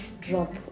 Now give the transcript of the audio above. drop